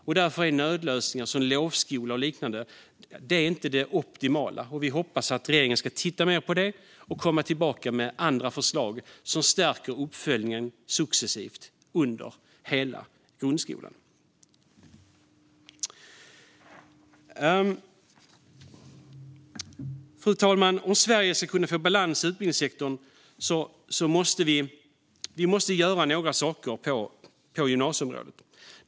Därför är nödlösningar som lovskola och liknande inte optimala. Vi hoppas att regeringen tittar mer på detta och kommer tillbaka med andra förslag, som stärker uppföljningen successivt. Fru talman! Om Sverige ska kunna få balans i utbildningssektorn måste vi göra några saker på gymnasieområdet.